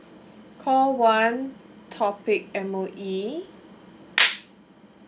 call one topic M_O_E